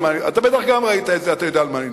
אתה בטח גם ראית את זה, אתה יודע על מה אני מדבר.